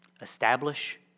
Establish